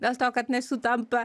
dėl to kad nesutampa